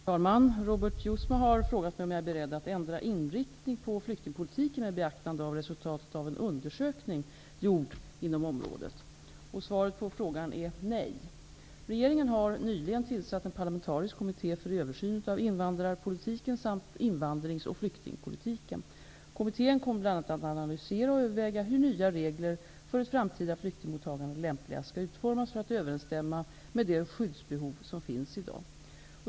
Herr talman! Robert Jousma har frågat mig om jag är beredd att ändra inriktning på flyktingpolitiken med beaktande av resultatet av en undersökning gjord inom området. Svaret på frågan är nej. Regeringen har nyligen tillsatt en parlamentarisk kommitté för översyn av invandrarpolitiken samt invandrings och flyktingpolitiken. Kommittén kommer bl.a. att analysera och överväga hur nya regler för ett framtida flyktingmottagande lämpligast skall utformas för att överensstämma med det skyddsbehov som finns i dag.